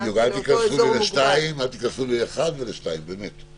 בדיוק, אל תיכנסו לי לאחד ולשניים, באמת.